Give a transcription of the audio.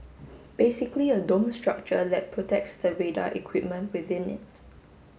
basically a dome structure that protects the radar equipment within it